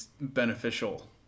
beneficial